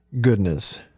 goodness